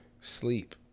Sleep